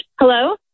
hello